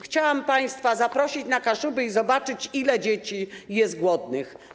Chciałam państwa zaprosić na Kaszuby, by zobaczyć, ile dzieci jest głodnych.